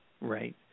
right